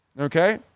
okay